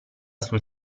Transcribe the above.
sul